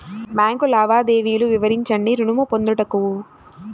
Bank లావాదేవీలు వివరించండి ఋణము పొందుటకు?